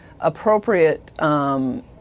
appropriate